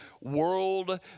world